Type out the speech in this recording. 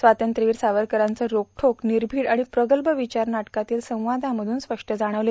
स्वातंत्र्यवीर सावरकरांचे रोखवेक विर्भीड आणि प्रगल्भ विचार वाटकातील संवादांमध्रन स्पष्ट जाणवले